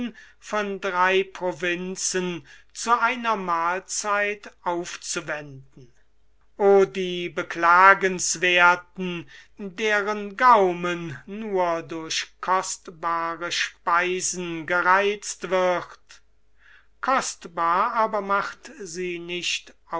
von drei provinzen zu einer mahlzeit aufzuwenden o die beklagenswerthen deren gaumen nur durch kostbare speisen gereizt wird kostbar aber macht sie nicht